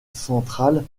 central